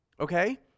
Okay